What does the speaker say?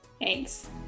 Thanks